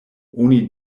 oni